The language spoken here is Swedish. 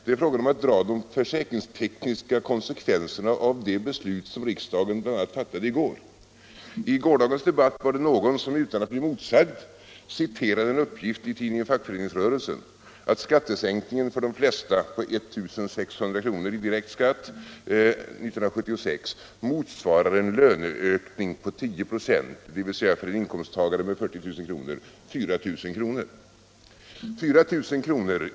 Det är fråga om att dra de försäkringstekniska konsekvenserna av bl.a. det beslut som riksdagen fattade i går. Under gårdagens debatt var det någon som utan att bli motsagd citerade uppgifter i tidningen Fackföreningsrörelsen om att skattesänkningen på 1600 kr. i direkt skatt 1976 för de flesta motsvarar en löneökning på 10 96, dvs. för en 40 000-kronorsinkomsttagare 4 000 kr. Och 4 000 kr.